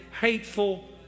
hateful